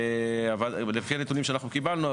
לפי הנתונים שאנחנו קיבלנו,